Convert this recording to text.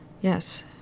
Yes